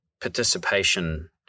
participation